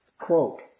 Quote